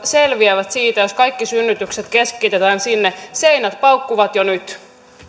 selviävät siitä jos kaikki synnytykset keskitetään sinne seinät paukkuvat jo nyt